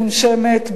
מונשמת,